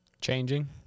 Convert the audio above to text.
changing